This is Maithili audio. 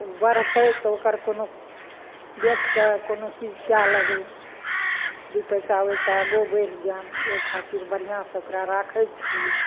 ओ बढ़तै तऽ ओकर कोनो बेच कऽ कोनो चीज कए लेबै दुइ पैसा उइसा आगू बढ़ि जाएम ओहि खातिर बढ़िआँसँ ओकरा राखैत छियै